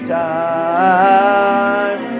time